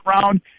round